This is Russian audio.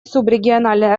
субрегиональные